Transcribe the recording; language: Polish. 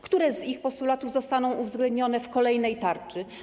Które z ich postulatów zostaną uwzględnione w kolejnej tarczy?